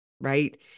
right